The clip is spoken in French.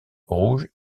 rouges